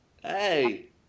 Hey